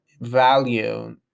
value